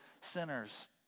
sinners